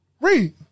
Read